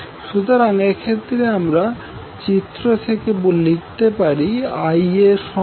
সুতরাং এক্ষেত্রে আমরা চিত্র থেকে লিখতে পারিIaVanZY